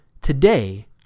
Today